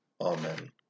Amen